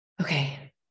okay